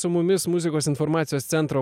su mumis muzikos informacijos centro